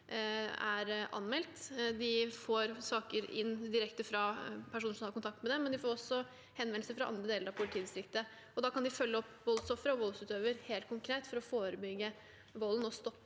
er anmeldt. De får saker inn direkte fra personer som har kontakt med dem, men de får også henvendelser fra andre deler av politidistriktet. Da kan de følge opp voldsoffer og voldsutøver helt konkret for å forebygge volden og stoppe